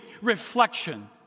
reflection